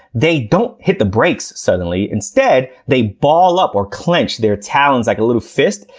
they don't hit the brakes suddenly. instead, they ball up, or clench, their talons like a little fist,